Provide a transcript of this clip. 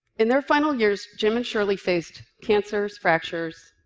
in their final years, jim and shirley faced cancers, fractures,